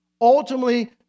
ultimately